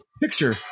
picture